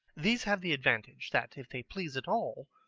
these have the advantage that if they please at all,